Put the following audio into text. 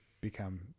become